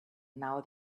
now